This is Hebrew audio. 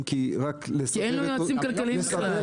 --- כי אין לו יועצים כלכליים בכלל.